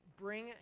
bring